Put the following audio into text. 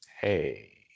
Hey